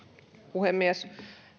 puhemies